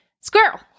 squirrel